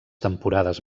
temporades